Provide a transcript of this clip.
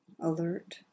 alert